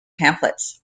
pamphlets